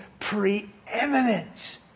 Preeminent